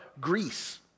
Greece